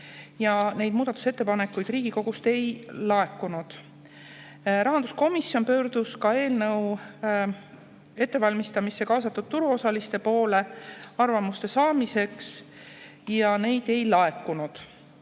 ja muudatusettepanekuid Riigikogust ei laekunud. Rahanduskomisjon pöördus ka eelnõu ettevalmistamisse kaasatud turuosaliste poole arvamuste saamiseks, aga neid ei laekunud.